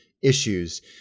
issues